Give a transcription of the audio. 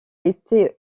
été